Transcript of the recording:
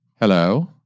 Hello